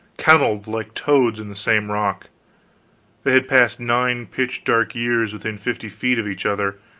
kenneled like toads in the same rock they had passed nine pitch dark years within fifty feet of each other,